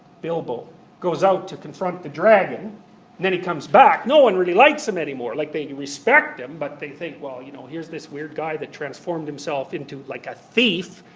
bilbo goes out to confront the dragon and then he comes back, no one really likes him anymore. like they respect him, but they think, well, you know here's this weird guy that transformed himself into like a thief,